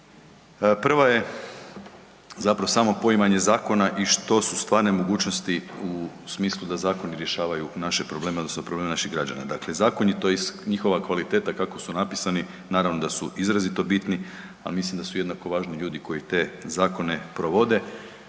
Prva je zapravo samo poimanje zakona i što su stvarne mogućnosti u smislu da zakoni rješavaju naše probleme odnosno probleme naših građana. Dakle zakon tj. njihova kvaliteta kako su napisani naravno da su izrazito bitno, ali mislim da su jednako važni ljudi koji te zakone provode,